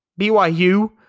BYU